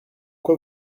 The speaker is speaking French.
quoi